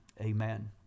amen